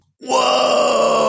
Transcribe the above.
Whoa